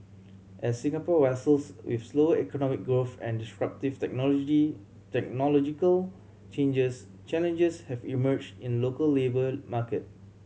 as Singapore wrestles with slower economic growth and disruptive technology technological changes challenges have emerged in local labour market